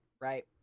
Right